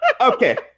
okay